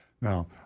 Now